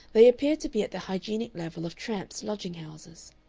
they appeared to be at the hygienic level of tramps' lodging-houses.